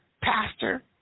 pastor